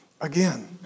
Again